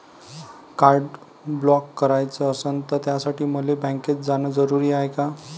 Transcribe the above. Card block कराच असनं त त्यासाठी मले बँकेत जानं जरुरी हाय का?